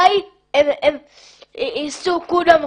אתה פחות מתכתב עם התפקיד.